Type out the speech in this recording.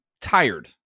tired